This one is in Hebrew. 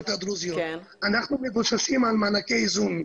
אנחנו מבוססים על מענקי איזון.